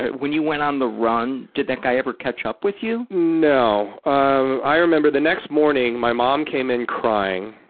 when you went on the run, did that guy ever catch up with you? no. i remember the next morning, my mom came in crying.